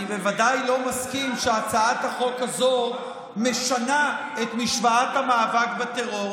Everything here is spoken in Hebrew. אני בוודאי לא מסכים שהצעת החוק הזאת משנה את משוואת המאבק בטרור,